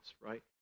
right